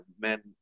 Men